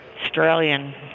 Australian